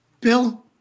Bill